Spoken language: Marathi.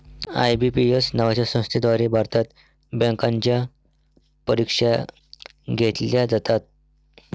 आय.बी.पी.एस नावाच्या संस्थेद्वारे भारतात बँकांच्या परीक्षा घेतल्या जातात